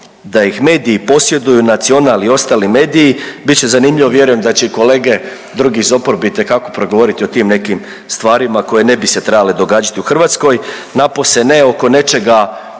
da ih mediji posjeduju Nacional i ostali mediji, bit će zanimljivo. Vjerujem da će i kolege drugi iz oporbe itekako progovoriti o tim nekim starima koje ne bi se trebale događati u Hrvatskoj, napose ne oko nečega